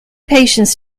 patients